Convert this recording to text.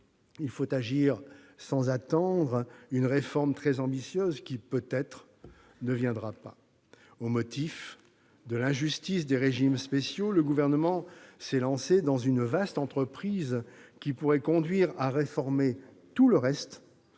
il faut agir, sans attendre une réforme très ambitieuse qui, peut-être, ne viendra pas. Au motif de l'injustice des régimes spéciaux, le Gouvernement s'est lancé dans une vaste entreprise qui pourrait conduire à réformer tout le reste,